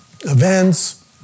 events